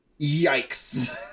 yikes